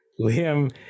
Liam